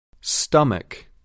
Stomach